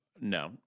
No